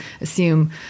assume